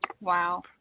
Wow